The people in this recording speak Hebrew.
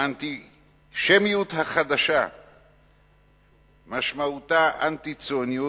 האנטישמיות החדשה משמעותה אנטי-ציונות.